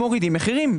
מורידים מחירים.